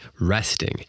resting